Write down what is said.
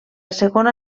segona